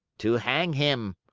to hang him,